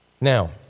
Now